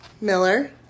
Miller